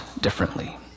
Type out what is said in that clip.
differently